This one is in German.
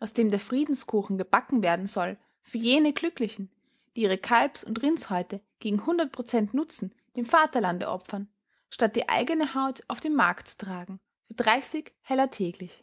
aus dem der friedenskuchen gebacken werden soll für jene glücklichen die ihre kalbs und rindshäute gegen hundert prozent nutzen dem vaterlande opfern statt die eigene haut auf den markt zu tragen für dreißig heller täglich